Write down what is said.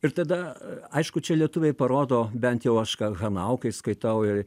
ir tada aišku čia lietuviai parodo bent jau aš hanau kai skaitau ir